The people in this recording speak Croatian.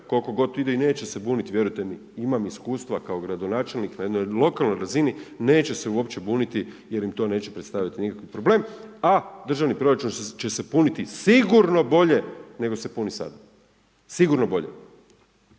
koliko god ide i neće se buniti, vjerujte mi. Imam iskustva kao gradonačelnik na jednoj lokalnoj razini, neće se uopće buniti jer im to neće predstavljati nikakav problem, a državni proračun će se puniti sigurno bolje nego se puni sada. Sigurno bolje.